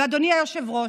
ואדוני היושב-ראש,